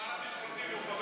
דודי, שר המשפטים הוא חבר